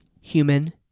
human